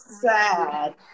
sad